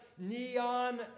Neon